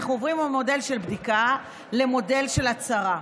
אנחנו עוברים ממודל של בדיקה למודל של הצהרה.